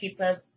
pizzas